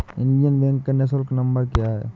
Indian bank का निःशुल्क number क्या है?